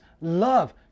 love